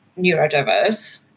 neurodiverse